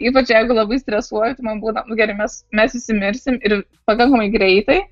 ypač jeigu labai stresuoju tai man būna nu gerai mes mes visi mirsim ir pakankamai greitai